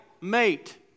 mate